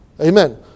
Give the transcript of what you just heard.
Amen